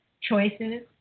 choices